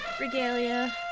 regalia